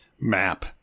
map